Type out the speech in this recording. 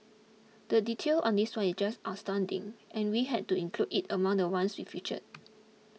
the detail on this one is just astounding and we had to include it among the ones we featured